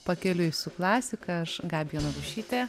pakeliui su klasika aš gabija narušytė